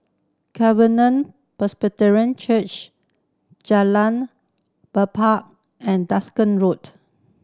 Covenant Presbyterian Church Jalan and Road